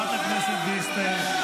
משתמשת בכאב בשביל שיקולים פוליטיים.